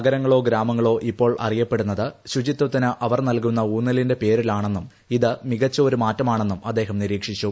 നഗരങ്ങളോ ഗ്രാമങ്ങളോ ഇപ്പോൾ അറിയപ്പെടുന്നത് ശുചിത്വത്തിന് അവർ നൽകുന്ന ഊന്നലിന്റെ പേരിലാണെന്നും ഇത് മികച്ച ഒരു മാറ്റമാണെന്നും അദ്ദേഹം നിരീക്ഷിച്ചു